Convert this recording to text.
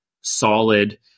solid